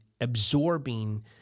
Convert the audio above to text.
absorbing